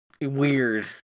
weird